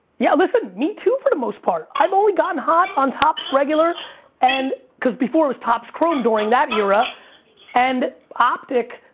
yeah, listen, me too for the most part! i've only gotten hot on topps regular and, cause before it was topps chrome during that era and optic,